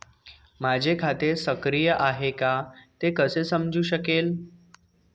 माझे खाते सक्रिय आहे का ते कसे समजू शकेल?